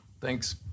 Thanks